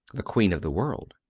the queen of the world.